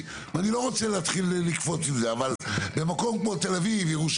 אני מאמין שהשלטון המקומי יכול וצריך ויודע מה הוא צריך,